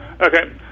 Okay